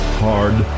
hard